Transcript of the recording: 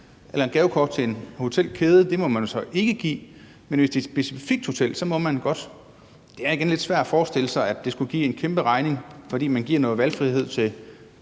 være. Et gavekort til en hotelkæde må man så ikke give, men hvis det er et specifikt hotel, må man godt. Det er igen lidt svært at forestille sig, at det skulle give en kæmperegning, fordi der gives noget valgfrihed til